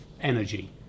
energy